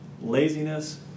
Laziness